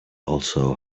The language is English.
also